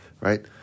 Right